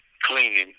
cleaning